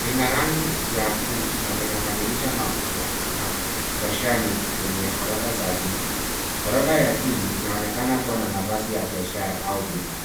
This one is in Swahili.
lina rangi ya buluu na lina madirisha makubwa na roshani kwenye ghorofa za juu. Ghorofa ya chini inaonekana kuwa na nafasi ya biashara au duka.